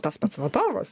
tas pats vadovas